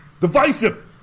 Divisive